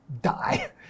die